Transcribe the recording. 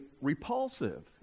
repulsive